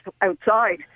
outside